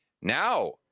Now